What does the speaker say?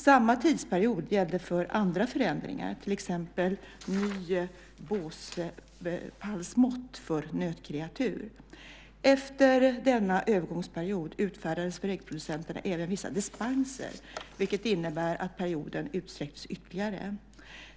Samma tidsperiod gällde för andra förändringar, till exempel nya båspallsmått för nötkreatur. Efter denna övergångsperiod utfärdades för äggproducenterna även vissa dispenser, vilket innebär att perioden utsträcktes ytterligare.